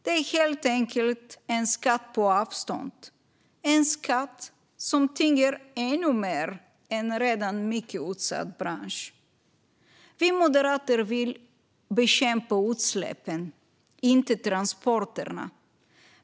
Det är helt enkelt en skatt på avstånd - en skatt som ännu mer tynger ned en redan mycket utsatt bransch. Vi moderater vill bekämpa utsläppen, inte transporterna.